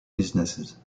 businesses